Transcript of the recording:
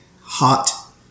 hot